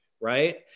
Right